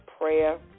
prayer